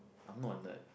I'm not a nerd